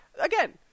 Again